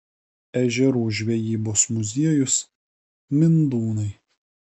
ežerų žvejybos muziejus mindūnai